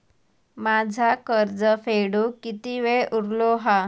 माझा कर्ज फेडुक किती वेळ उरलो हा?